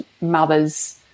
mothers